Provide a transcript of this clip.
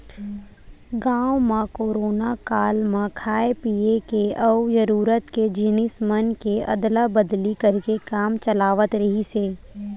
गाँव म कोरोना काल म खाय पिए के अउ जरूरत के जिनिस मन के अदला बदली करके काम चलावत रिहिस हे